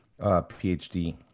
PhD